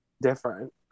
different